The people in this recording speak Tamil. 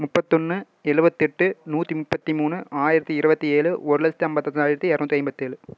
முப்பத்தொன்று எழுபத்தெட்டு நூற்றி முப்பத்து மூணு ஆயிரத்து இருபத்தி ஏழு ஒரு லட்சத்து ஐம்பத்தெட்டாயிரத்தி எரநூற்றி ஐம்பத்தேழு